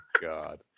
God